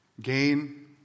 gain